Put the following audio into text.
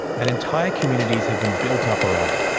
and entire communities have been built up around it,